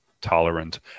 tolerant